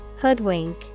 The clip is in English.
Hoodwink